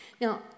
Now